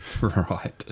right